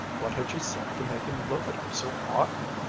what had she said to make him look at her so oddly?